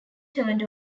turned